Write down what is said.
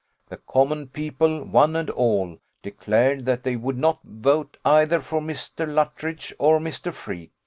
the common people, one and all, declared that they would not vote either for mr. luttridge or mr. freke,